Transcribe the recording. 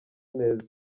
neza